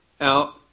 out